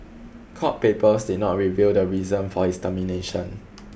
court papers did not reveal the reason for his termination